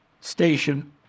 station